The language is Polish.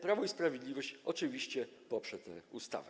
Prawo i Sprawiedliwość oczywiście poprze tę ustawę.